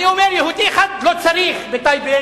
אני אומר: יהודי אחד לא צריך בטייבה,